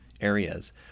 areas